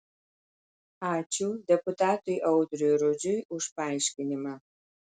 ačiū deputatui audriui rudžiui už paaiškinimą